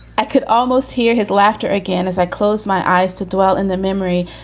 i could almost hear his laughter again if i close my eyes to dwell in the memory.